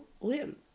win